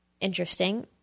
Interesting